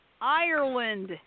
Ireland